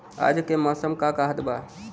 आज क मौसम का कहत बा?